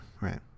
right